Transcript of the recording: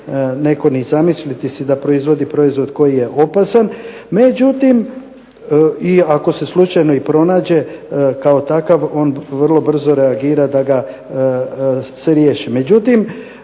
netko ni zamisliti si da proizvodi proizvod koji je opasan. Međutim, i ako se i slučajno i pronađe kao takav on vrlo brzo reagira da ga se riješi. Međutim,